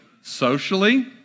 socially